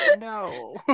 no